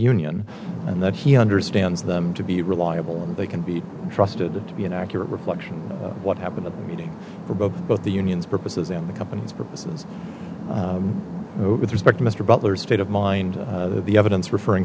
union and that he understands them to be reliable and they can be trusted to be an accurate reflection of what happened at the meeting for both both the unions purposes and the company's purposes with respect to mr butler state of mind the evidence referring